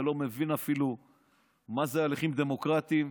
אתה לא מבין אפילו מה זה הליכים דמוקרטיים.